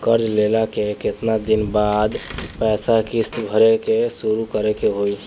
कर्जा लेला के केतना दिन बाद से पैसा किश्त भरे के शुरू करे के होई?